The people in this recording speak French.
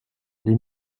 les